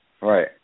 Right